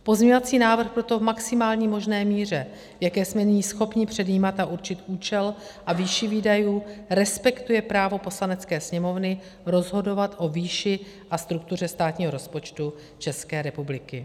Pozměňovací návrh proto v maximální možné míře, v jaké jsme nyní schopni předjímat a určit účel a výši výdajů, respektuje právo Poslanecké sněmovny rozhodovat o výši a struktuře státního rozpočtu České republiky.